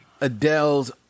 Adele's